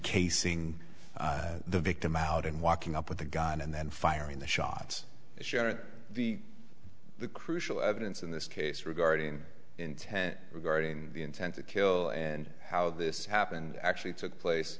casing the victim out and walking up with a gun and then firing the shots and sharing the crucial evidence in this case regarding intent regarding intent to kill and how this happened actually took place